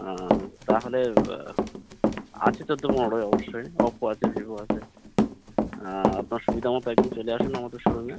হ্যাঁ তাহলে আছে চোদ্দো পনেরোয় অবশ্যই ওপো আছে ভিভো আছে আপনার সুবিধা মতো এক দিন চলে আসুন আমাদের শোরুমে